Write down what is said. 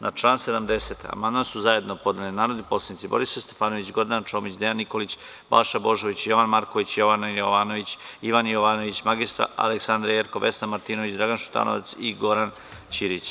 Na član 70. amandman su zajedno podneli narodni poslanici Borislav Stefanović, Gordana Čomić, Dejan Nikolić, Balša Božović, Jovan Marković, Jovana Jovanović, Ivan Jovanović, mr Aleksandra Jerkov, Vesna Martinović, Dragan Šutanovac i Goran Ćirić.